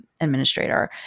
administrator